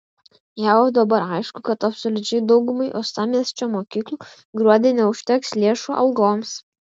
jau dabar aišku kad absoliučiai daugumai uostamiesčio mokyklų gruodį neužteks lėšų algoms